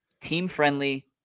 team-friendly